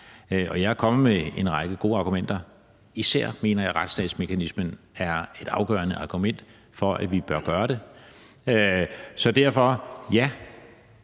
og jeg er kommet med en række gode argumenter. Især mener jeg, at retsstatsmekanismen er et afgørende argument for, at vi bør gøre det. Så derfor: Ja,